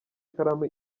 ikaramu